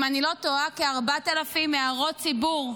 אם אני לא טועה, כ-4,000 הערות ציבור.